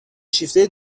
شیفته